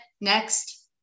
Next